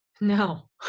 No